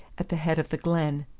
at the head of the glen.